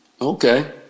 Okay